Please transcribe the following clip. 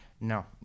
No